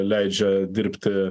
leidžia dirbti